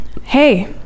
hey